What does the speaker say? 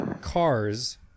Cars